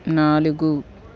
నాలుగు